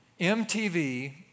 MTV